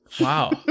Wow